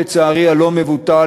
לצערי הלא-מבוטל,